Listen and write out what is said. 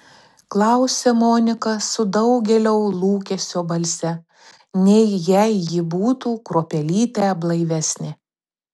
klausia monika su daugėliau lūkesio balse nei jei ji būtų kruopelytę blaivesnė